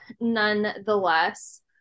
nonetheless